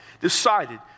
decided